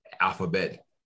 Alphabet